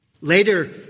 Later